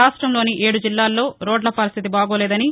రాష్టంలోని ఏడు జిల్లాలో రోడ్ల పరిస్దితి బాగోలేదని